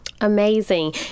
Amazing